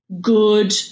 good